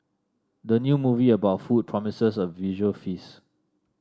the new movie about food promises a visual feast